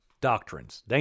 doctrines